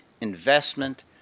investment